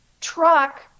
truck